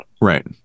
Right